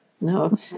No